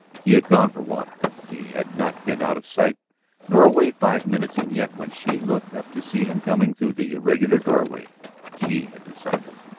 he had gone for water he had not been out of sight nor away five minutes. and yet when she looked up to see him coming through the irregular doorway she had decided.